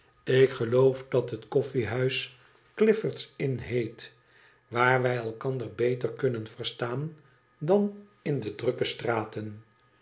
ik geloof dat het koffiehuis cliords inn heet waar wij elkander beter kunnen verstaan dan in de drukke straten